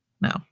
No